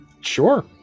Sure